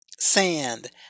Sand